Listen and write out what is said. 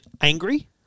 angry